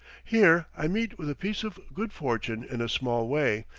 here i meet with a piece of good fortune in a small way,